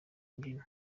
imbyino